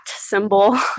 symbol